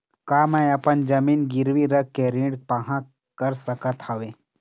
का मैं अपन जमीन गिरवी रख के ऋण पाहां कर सकत हावे?